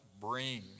bring